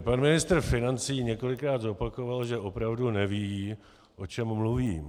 Pan ministr financí několikrát zopakoval, že opravdu neví, o čem mluvím.